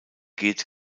geht